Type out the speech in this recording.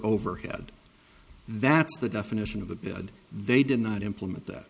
overhead that's the definition of a bid they did not implement that